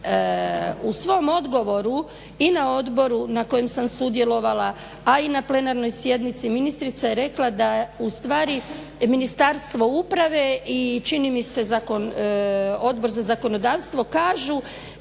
U svom odgovoru i na odboru na kojem sam sudjelovala, a i na plenarnoj sjednici ministrica je rekla da ustvari Ministarstvo uprave i čini mi se Odbor za zakonodavstvo kažu